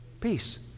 Peace